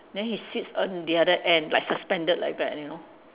then he sits on the other end like suspended like that you know